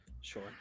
sure